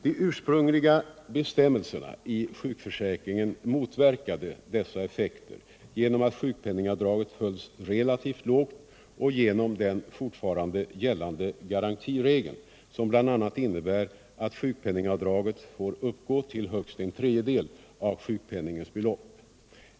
De ursprungliga bestämmelserna i sjukförsäkringen motverkade dessa effekter genom att sjukpenningavdraget hölls relativt lågt och genom den fortfarande gällande garantiregeln, som bl.a. innebär att sjukpenningavdraget får uppgå till högst en tredjedel av sjukpenningens belopp.